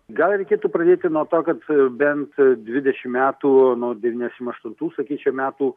gal reikėtų pradėti nuo to kad bent dvidešimt metų nuo devyniasdešimt aštuntų sakyčiau metų